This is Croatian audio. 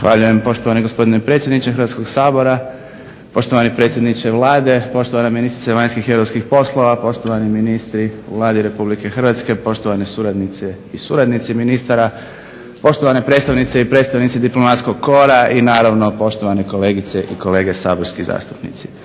Zahvaljujem poštovani gospodine predsjedniče Hrvatskog sabora, poštovani predsjedniče Vlade, poštovana ministrice vanjskih i europskih poslova, poštovani ministri u Vladi RH, poštovane suradnice i suradnici ministara, poštovane predstavnice i predstavnici diplomatskog kora i naravno poštovane kolegice i kolege saborski zastupnici.